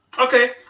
Okay